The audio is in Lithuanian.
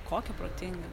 kokia protinga